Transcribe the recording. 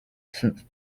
since